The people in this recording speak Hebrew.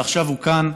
ועכשיו הוא כאן,